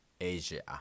Asia